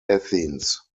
athens